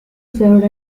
served